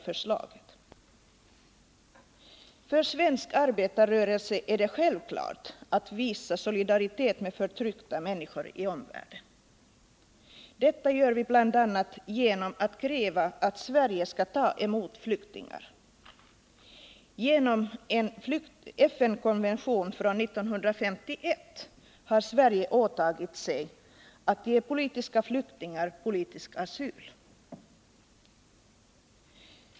För svensk arbetarrörelse är det självklart att visa solidaritet med förtryckta människor i omvärlden. Detta gör vi bl.a. genom att kräva att Sverige skall ta emot flyktingar. Genom en FN-konvention från 1951 har Sverige åtagit sig att ge politiska flyktingar politisk asyl.